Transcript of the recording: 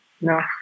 no